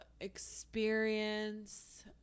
experience